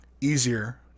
easier